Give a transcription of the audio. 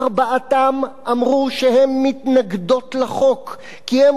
ארבעתן אמרו שהן מתנגדות לחוק כי הן